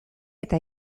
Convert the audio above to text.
eta